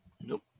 Nope